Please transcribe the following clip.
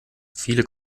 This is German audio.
viele